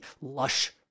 lush